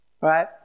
Right